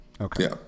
Okay